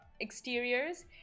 exteriors